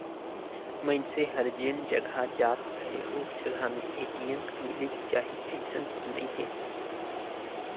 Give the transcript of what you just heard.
मइनसे हर जेन जघा जात अहे ओ जघा में ए.टी.एम मिलिच जाही अइसन तो नइ हे